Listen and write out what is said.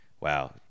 Wow